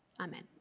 amen